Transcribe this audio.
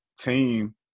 team